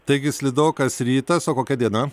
taigi slidokas rytas o kokia diena